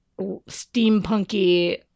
steampunky